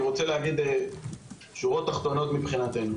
אני רוצה להגיד שורות תחתונות מבחינתנו.